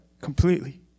completely